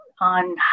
on